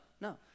No